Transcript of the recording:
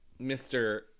Mr